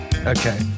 Okay